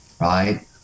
right